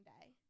day